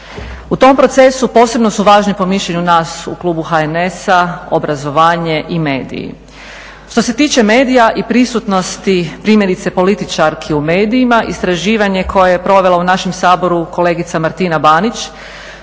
U tom procesu posebno su važni po mišljenju u klubu HNS-a obrazovanje i mediji. Što se tiče medija i pristupnosti primjerice političarki u medijima, istraživanje koje je provela u našem Saboru kolegica Martina Banić